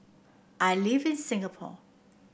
I live in Singapore